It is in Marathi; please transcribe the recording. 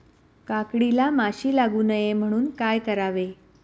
काकडीला माशी लागू नये म्हणून काय करावे?